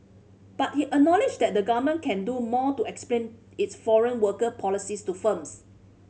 but he acknowledged that the Government can do more to explain its foreign worker policies to firms